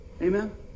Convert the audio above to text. Amen